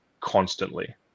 constantly